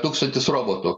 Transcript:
tūkstantis robotų